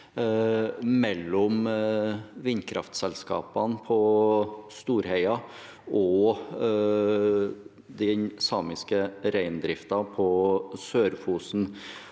mellom vindkraftselskapene på Storheia og den samiske reindriften på Sør-Fosen,